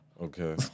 Okay